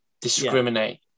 discriminate